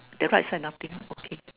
the right side nothing okay